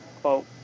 quote